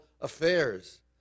affairs